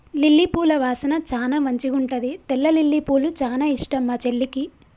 lily పూల వాసన చానా మంచిగుంటది తెల్ల లిల్లీపూలు చానా ఇష్టం మా చెల్లికి